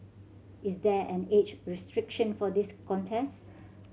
is there an age restriction for this contest